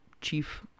chief